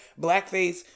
blackface